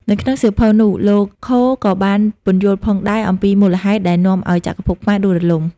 នៅក្នុងសៀវភៅនោះ លោក ខូ Coe ក៏បានពន្យល់ផងដែរអំពីមូលហេតុដែលនាំឲ្យចក្រភពខ្មែរដួលរលំ។